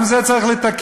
גם את זה צריך לתקן.